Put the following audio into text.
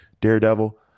Daredevil